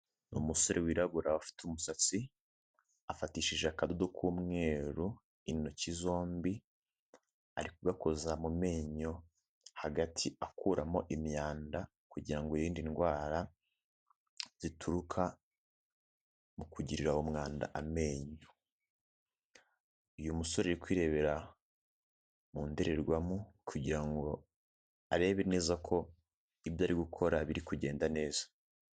Ni umusore wirabura ufite umusatsi afatishije akado k'umweru intoki zombi arikogakoza mu menyo hagati akuramo imyanda kugira ngo yirinde indwara zituruka mu kugirira umwanda amenyo. Uyu musore ari kwirebera mu ndorerwamo kugira ngo arebe neza ko ibyo ari gukora biri kugenda neza.